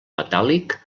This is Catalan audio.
metàl·lic